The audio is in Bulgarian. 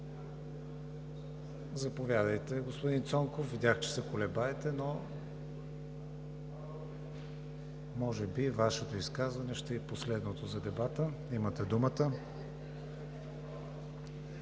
Заповядайте, господин Цонков. Видях, че се колебаете, но може би Вашето изказване ще е и последното за дебата. Имате думата.